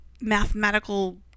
mathematical